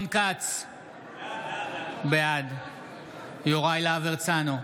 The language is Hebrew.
בעד יוראי להב הרצנו,